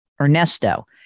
Ernesto